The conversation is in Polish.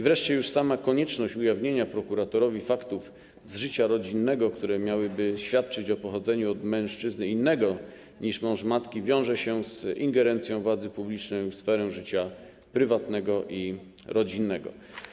Wreszcie już sama konieczność ujawnienia prokuratorowi faktów z życia rodzinnego, które miałyby świadczyć o pochodzeniu od mężczyzny innego niż mąż matki, wiąże się z ingerencją władzy publicznej w sferę życia prywatnego i rodzinnego.